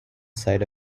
side